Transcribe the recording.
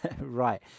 Right